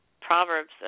Proverbs